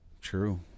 True